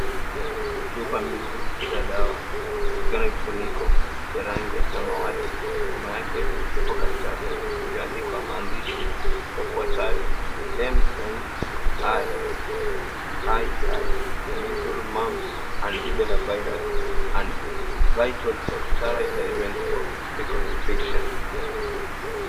Chupa mbili za dawa zikiwa na vifuniko ya rangi ya samawati. Nyuma yake iko karatasi iliyoandikwa maandishi yafuatayo, MMR II Measles Mumps and Rubella Virus and Vial of Sterile Diluent for Reconstitution.